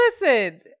listen